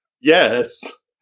Yes